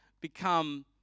become